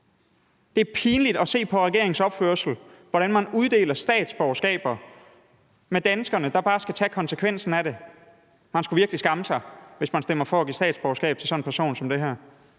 Det er pinligt at se på regeringens opførsel og på, hvordan man uddeler statsborgerskaber, mens danskerne bare skal tage konsekvensen af det. Man skulle virkelig skamme sig, hvis man stemmer for at give statsborgerskab til sådan en person. Kl.